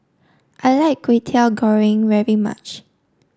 I like Kway teow Goreng very much